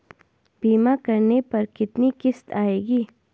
बीमा करने पर कितनी किश्त आएगी?